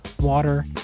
water